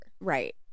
Right